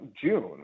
June